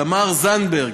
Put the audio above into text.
תמר זנדברג,